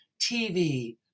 TV